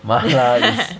mala is